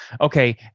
Okay